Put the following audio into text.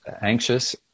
anxious